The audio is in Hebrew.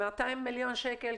200 מיליון שקל,